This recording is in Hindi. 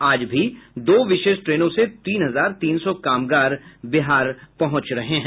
आज भी दो विशेष ट्रेनों से तीन हजार तीन सौ कामगार बिहार पहुंच रहे हैं